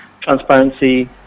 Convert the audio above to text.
transparency